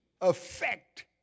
affect